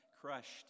crushed